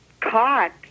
caught